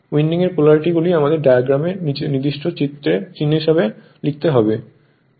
winding এর পোলারিটিগুলি আমাদের ডায়াগ্রামে নির্দিষ্ট চিহ্নে হিসাবে লিখতে হবে